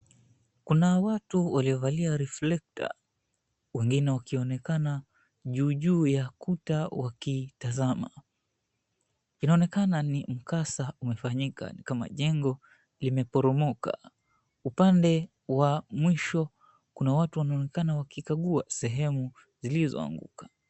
Kuna watu waliovalia reflekta wengine wakionekana juu juu ya kuta wakitazama. Inaonekana ni mkasa umefanyika ni kama jengo limeporomoka. Upande wa mwisho kuna watu wanaonekana wakikagua sehemu zilizoanguka.